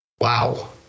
Wow